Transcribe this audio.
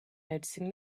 noticing